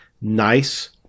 nice